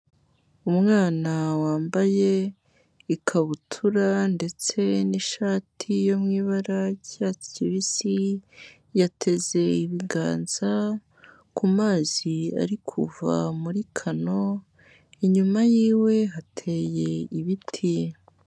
Umwana wambaye ikabutura ndetse n'ishati yo mu ibara ry'icyatsi kibisi, yateze ibiganza ku mazi ari kuva muri kano, inyuma yiwe hateye ibiti.